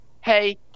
hey